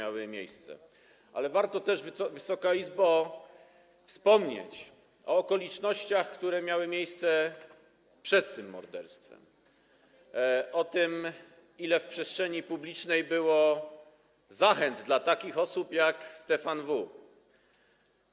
Ale warto też, Wysoka Izbo, wspomnieć o okolicznościach, które miały miejsce przed tym morderstwem, o tym, ile w przestrzeni publicznej było zachęt dla takich osób jak Stefan W.